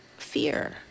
fear